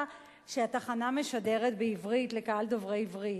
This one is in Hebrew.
שהתחנה משדרת בעברית לקהל דוברי עברית,